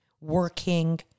working